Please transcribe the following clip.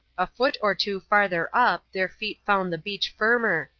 a foot or two farther up their feet found the beach firmer,